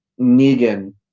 Negan